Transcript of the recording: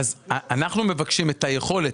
אנחנו מבקשים את היכולת